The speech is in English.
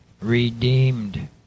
redeemed